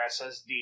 SSD